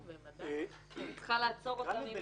ברור מאליו שהיועץ המשפטי צריך להיות קולו של החוק,